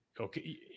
okay